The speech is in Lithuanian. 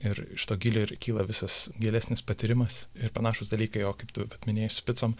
ir iš to gylio ir kyla visas gilesnis patyrimas ir panašūs dalykai o kaip tu minėjai su picom